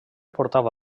portava